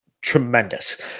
tremendous